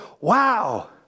wow